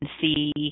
see